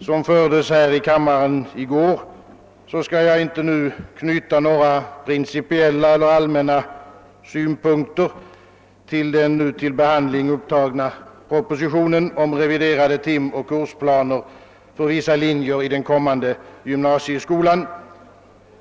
som i går fördes här i kammaren skall jag inte knyta några principiella eller allmänna synpunkter till den nu till behandling upptagna propositionen om reviderade timoch kursplaner för vissa linjer i den kommande gymnasieskolan.